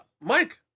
Mike